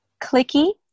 clicky